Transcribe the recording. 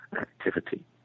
activity